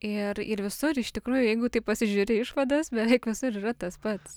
ir ir visur iš tikrųjų jeigu taip pasižiūri išvadas beveik visur yra tas pats